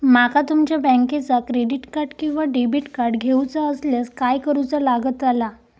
माका तुमच्या बँकेचा क्रेडिट कार्ड किंवा डेबिट कार्ड घेऊचा असल्यास काय करूचा लागताला?